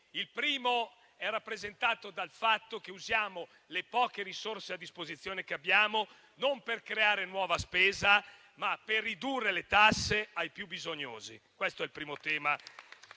Il primo è rappresentato dal fatto che usiamo le poche risorse a disposizione che abbiamo non per creare nuova spesa, ma per ridurre le tasse ai più bisognosi. Questo è il primo tema